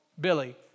Billy